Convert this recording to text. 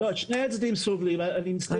לא, שני הצדדים סובלים, אני מצטער.